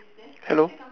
hello